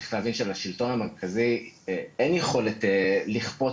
צריך להבין שלשלטון המרכזי אין יכולת לכפות